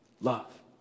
love